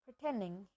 pretending